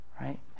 right